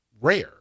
rare